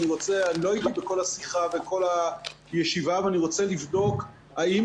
אני לא הייתי בכל השיחה והישיבה ואני רוצה לבדוק האם